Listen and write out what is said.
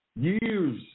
Years